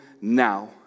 now